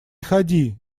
ходи